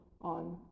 on